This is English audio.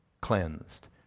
cleansed